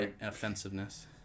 offensiveness